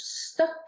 stuck